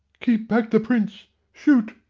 keep back the prince shoot!